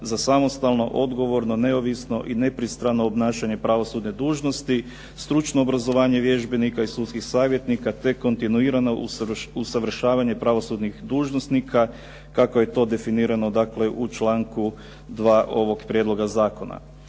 za samostalno, odgovorno, neovisno i nepristrano obnašanje pravosudne dužnosti, sudsko obrazovanje vježbenika i sudskih savjetnika, te kontinuirao usavršavanje pravosudnih dužnosnika kako je to definirano u članku 2. ovog prijedlog zakona.